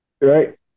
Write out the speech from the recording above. Right